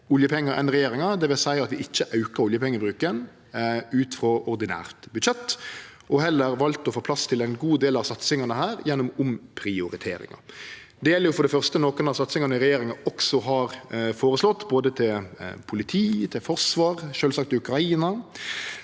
Det vil seie at vi ikkje aukar oljepengebruken ut frå ordinært budsjett og heller har valt å få plass til ein god del av satsingane gjennom omprioriteringar. Det gjeld for det første nokre av satsingane også regjeringa har føreslått – til politi, til forsvar og sjølvsagt til Ukraina